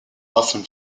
often